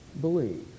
believe